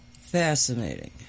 Fascinating